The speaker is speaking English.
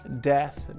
death